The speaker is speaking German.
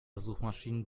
suchmaschinen